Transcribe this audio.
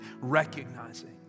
Recognizing